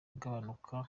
agabanuka